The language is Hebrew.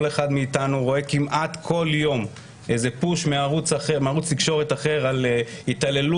כל אחד מאתנו רואה כמעט כל יום איזה פוש מערוץ תקשורת אחר על התעללות,